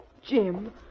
Jim